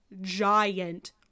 giant